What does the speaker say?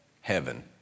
heaven